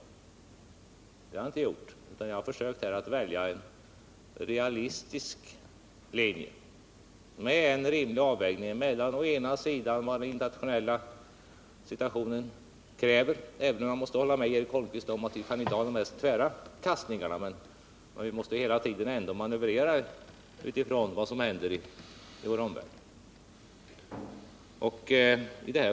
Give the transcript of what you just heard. Men det har jag inte gjort, utan jag har försökt att välja en realistisk linje med ett rimligt hänsynstagande till vad den internationella situationen kräver. Jag håller med Eric Holmqvist om att vi inte kan acceptera hur tvära kast som helst, men vi måste ändå manövrera utifrån vad som händer i vår omvärld.